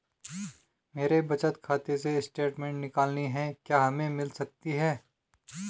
मेरे बचत खाते से स्टेटमेंट निकालनी है क्या हमें मिल सकती है?